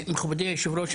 מכובדי היושב-ראש,